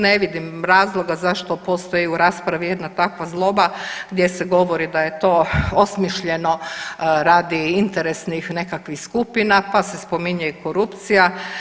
Ne vidim razloga zašto postoji u raspravi jedna takva zloba gdje se govori da je to osmišljeno radi interesnih nekakvih skupina, pa se spominje i korupcija.